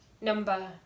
number